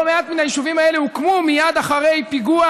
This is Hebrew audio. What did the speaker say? לא מעט מן היישובים האלה הוקמו מייד אחרי פיגוע,